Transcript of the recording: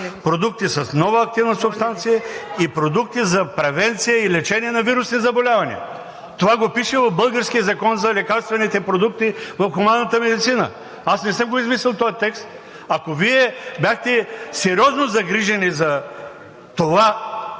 продукти с новата активна субстанция и продукти за превенция и лечение на вирусни заболявания. Това го пише в българския Закон за лекарствените продукти в хуманната медицина. Аз не съм го измислил този текст. Ако Вие бяхте сериозно загрижени този